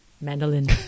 mandolin